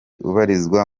ubarizwa